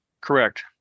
Correct